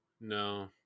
No